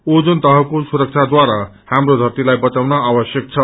ozone तहको सुरक्षाद्वारा हाम्रो धरतीलाई बचाउन आवश्यक छ